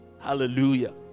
Hallelujah